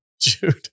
Jude